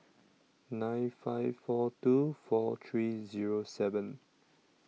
nine five four two four three Zero seven